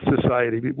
society